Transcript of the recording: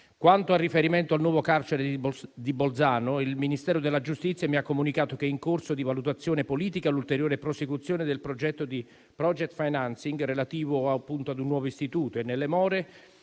Quanto al riferimento al nuovo carcere di Bolzano, il Ministero della giustizia mi ha comunicato che è in corso di valutazione politica l'ulteriore prosecuzione del progetto di *project financing* relativo appunto ad un nuovo istituto e, nelle more,